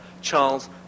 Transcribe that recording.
Charles